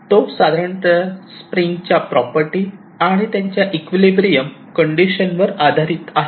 तो साधारणतः स्प्रिंगच्या प्रॉपर्टी आणि त्यांच्या इक्विलिब्रियम कंडिशन वर आधारित आहे